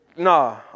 Nah